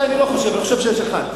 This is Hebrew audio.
אני לא חושב, אני חושב שיש אחת.